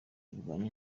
irwana